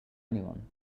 anyone